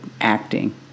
acting